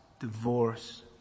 divorce